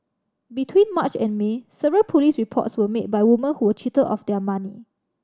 between March and May several police reports were made by women who were cheated of their money